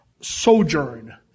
sojourn